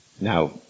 Now